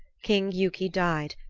king giuki died,